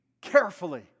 carefully